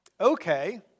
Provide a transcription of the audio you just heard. Okay